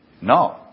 No